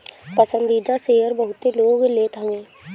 पसंदीदा शेयर बहुते लोग लेत हवे